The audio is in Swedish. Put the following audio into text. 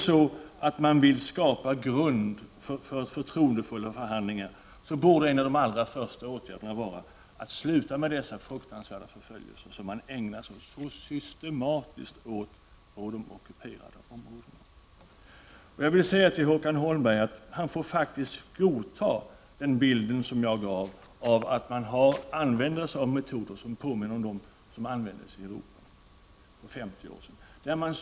Om man vill skapa en grund för förtroendefulla förhandlingar, borde en av de allra första åtgärderna vara att man slutar med de fruktansvärda förföljelser som man så systematiskt ägnar sig åt i de ockuperade områdena. Håkan Holmberg får faktiskt godta den bild som jag gav — att man använder sig av metoder som påminner om dem som tillämpades i Europa för 50 år sedan.